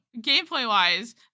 gameplay-wise